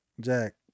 Jack